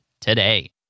today